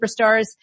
superstars